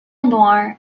noir